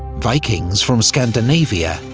vikings from scandinavia,